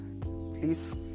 Please